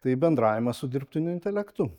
tai bendravimas su dirbtiniu intelektu